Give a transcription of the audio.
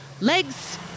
Legs